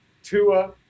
Tua